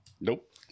Nope